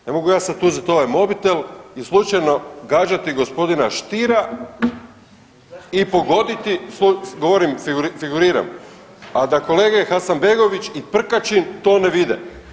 Ne mogu ja sad uzet ovaj mobitel i slučajno gađati gospodina Stiera i pogoditi, govorim figuriram, a da kolege Hasanbegović i Prkačin to ne vide.